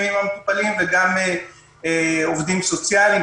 עם המטופלים וגם של עובדים סוציאליים,